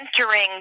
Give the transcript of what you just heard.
entering